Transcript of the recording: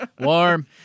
Warm